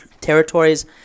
territories